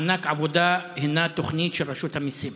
מענק עבודה הוא תוכנית של רשות המיסים.